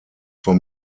vom